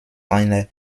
einer